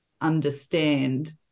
understand